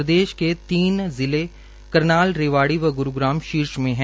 प्रदेश के तीन जिले करनाल रेवाड़ी व ग्रूग्राम शीर्ष में है